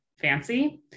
fancy